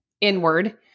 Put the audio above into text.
inward